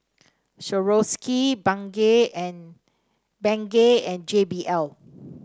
Swarovski Bengay and Bengay and J B L